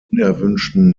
unerwünschten